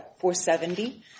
470